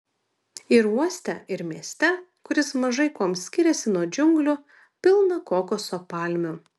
ir uoste ir mieste kuris mažai kuom skiriasi nuo džiunglių pilna kokoso palmių